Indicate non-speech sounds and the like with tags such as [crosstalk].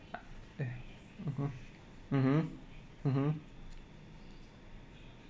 [breath] mmhmm mmhmm mmhmm